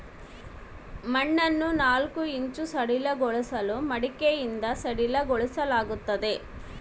ಮಣ್ಣನ್ನು ನಾಲ್ಕು ಇಂಚು ಸಡಿಲಗೊಳಿಸಲು ಮಡಿಕೆಯಿಂದ ಸಡಿಲಗೊಳಿಸಲಾಗ್ತದೆ